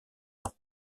ans